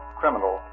criminal